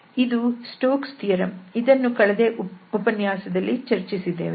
ಇದು Stokes theorem Stoke's Theorem ಇದನ್ನು ಕಳೆದ ಉಪನ್ಯಾಸದಲ್ಲಿ ಚರ್ಚಿಸಿದ್ದೇವೆ